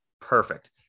Perfect